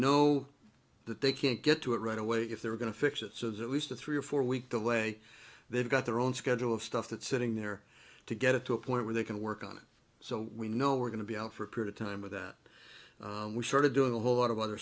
know that they can't get to it right away if they're going to fix it so that leads to three or four week the way they've got their own schedule of stuff that sitting there to get it to a point where they can work on it so we know we're going to be out for a period time with that we started doing a whole lot of other